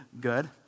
good